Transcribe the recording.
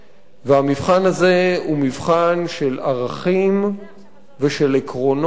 והמבחן הזה הוא מבחן של ערכים ושל עקרונות,